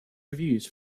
reviews